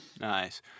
nice